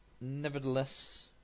nevertheless